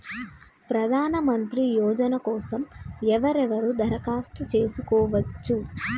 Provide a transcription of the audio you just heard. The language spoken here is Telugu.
ప్రధానమంత్రి యోజన కోసం ఎవరెవరు దరఖాస్తు చేసుకోవచ్చు?